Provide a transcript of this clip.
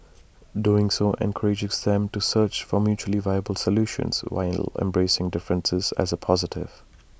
doing so encourages them to search for mutually valuable solutions while embracing differences as A positive